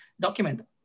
document